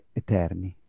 eterni